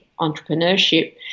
entrepreneurship